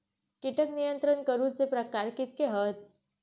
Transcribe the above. कीटक नियंत्रण करूचे प्रकार कितके हत?